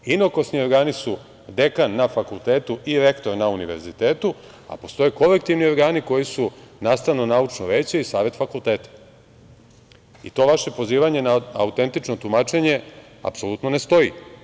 Inokosni organi su dekan na fakultetu i rektor na univerzitetu, a postoje kolektivni organi koji su nastavno-naučno veće i Savet fakulteta i to vaše pozivanje na autentično tumačenje apsolutno ne stoji.